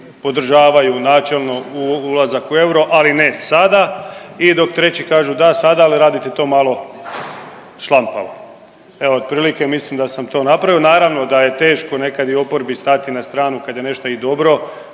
podržavaju načelno ulazak u euro, ali ne sada i dok treći kažu da sada, ali radite to malo šlampavo. Evo otprilike mislim da sam to napravio, naravno da je teško nekad i oporbi stati na stranu kada je nešto i dobro,